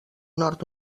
nord